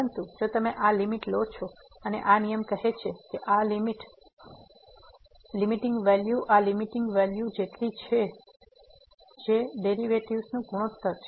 પરંતુ જો તમે આ લીમીટ લો છો અને આ નિયમ કહે છે કે આ લીમીટ આ લીમીટીંગ વેલ્યુ આ લીમીટીંગ વેલ્યુ જેટલી છે જે ડેરિવેટિવ્ઝ નું ગુણોત્તર છે